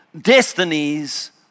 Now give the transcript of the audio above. destinies